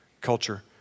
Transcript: culture